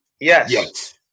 Yes